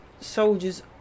soldiers